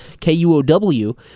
KUOW